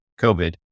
COVID